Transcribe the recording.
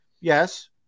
yes